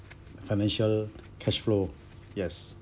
financial cashflow yes